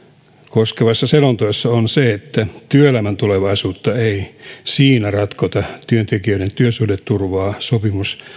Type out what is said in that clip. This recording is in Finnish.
koskevassa selonteossa on se että työelämän tulevaisuutta ei siinä ratkota työntekijöiden työsuhdeturvaa sopimus